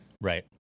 Right